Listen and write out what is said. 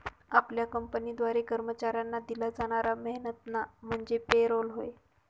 आपल्या कंपनीद्वारे कर्मचाऱ्यांना दिला जाणारा मेहनताना म्हणजे पे रोल होय